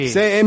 say